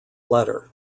letter